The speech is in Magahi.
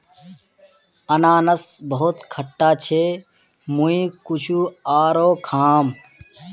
अनन्नास बहुत खट्टा छ मुई कुछू आरोह खाम